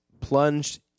plunged